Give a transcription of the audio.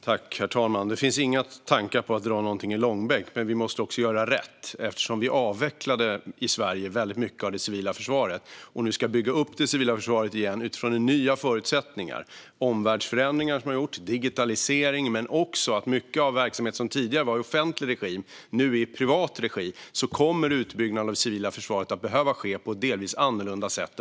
Herr talman! Det finns inga tankar på att dra någonting i långbänk. Men vi måste göra rätt. Sverige har avvecklat en stor del av det civila försvaret och ska nu bygga upp det igen utifrån nya förutsättningar. Det handlar om omvärldsförändringar, digitalisering och även att mycket som tidigare var i offentlig regi nu är i privat regi. Därför kommer utbyggnaden av det civila försvaret att behöva ske på ett delvis annorlunda sätt.